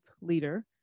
leader